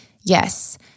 Yes